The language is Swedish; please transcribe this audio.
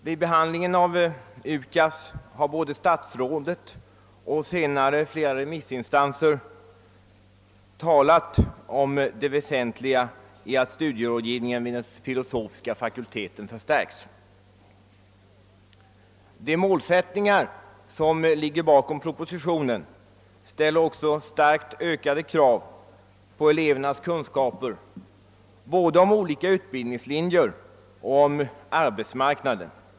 Vid behandlingen av UKAS har både vederbörande statsråd och flera remissinstanser uttalat som väsentligt att studierådgivningen vid de filosofiska fakulteterna förstärks. De målsättningar som ligger bakom propositionen innebär också starkt ökade krav på elevernas kunskaper både om olika utbildningslinjer och om arbetsmarknaden.